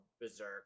Berserk